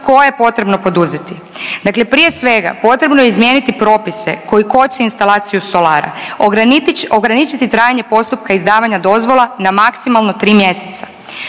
koje je potrebno poduzeti. Dakle prije svega potrebno je izmijeniti propise koji koče instalaciju solara, ograničit trajanje postupka izdavanja dozvola na maksimalno 3 mjeseca.